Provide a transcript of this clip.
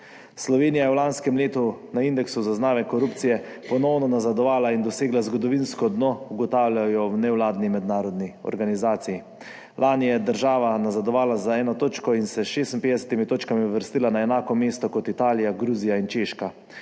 Slovenija je v lanskem letu na indeksu zaznave korupcije ponovno nazadovala in dosegla zgodovinsko dno, ugotavljajo v nevladni mednarodni organizaciji. Lani je država nazadovala za eno točko in se s 56 točkami uvrstila na enako mesto kot Italija, Gruzija in Češka.